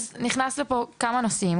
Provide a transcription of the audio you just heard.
אז כאן נכנסים לפה כמה נושאים.